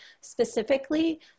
specifically